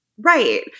Right